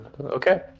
Okay